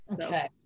okay